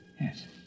Yes